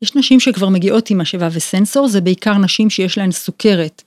יש נשים שכבר מגיעות עם משאבה וסנסור, זה בעיקר נשים שיש להן סוכרת.